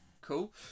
cool